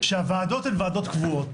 שהוועדות הן ועדות קבועות.